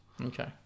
okay